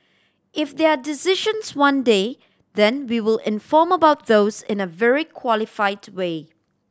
if there are decisions one day then we will inform about those in a very qualified way